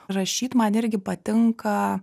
rašyti man irgi patinka